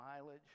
mileage